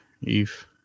Eve